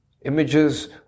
Images